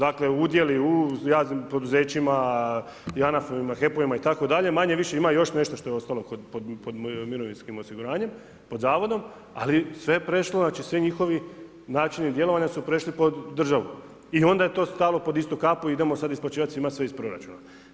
Dakle udjeli u u javnim poduzećima, JANAF-ovima, HEP-ovima itd. manje-više ima još nešto što je ostalo pod mirovinskim osiguranjem, pod zavodom, ali sve je prešlo, svi njihovi načini djelovanja su prešli pod državu i onda je to stalo pod istu kapu i idemo sad isplaćivat svima sve iz proračuna.